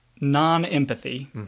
non-empathy